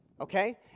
okay